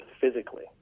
physically